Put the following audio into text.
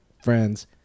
friends